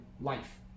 life